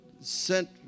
sent